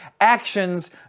actions